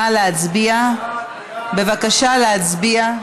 בבקשה להצביע.